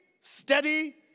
steady